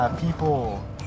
people